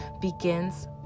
begins